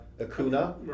Acuna